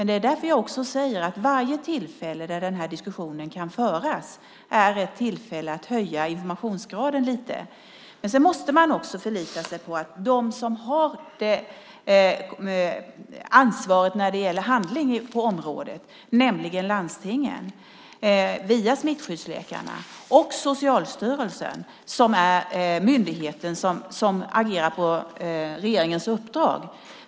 Därför säger jag också att varje tillfälle då den här diskussionen kan föras är ett tillfälle att höja informationsgraden lite. Sedan måste man också lita på dem som har ansvaret för att agera på området, nämligen landstingen, via smittskyddsläkarna, och Socialstyrelsen, som är den myndighet som agerar på regeringens uppdrag.